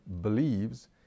believes